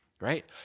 right